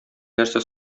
нәрсә